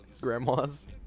grandma's